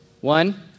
One